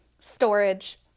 storage